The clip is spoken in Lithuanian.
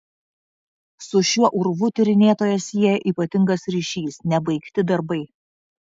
su šiuo urvu tyrinėtoją sieja ypatingas ryšys nebaigti darbai